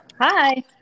Hi